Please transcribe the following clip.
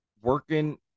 Working